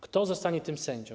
Kto zostanie tym sędzią?